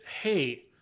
hey